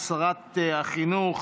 לשרת החינוך.